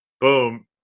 boom